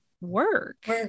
work